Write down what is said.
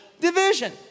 division